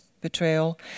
betrayal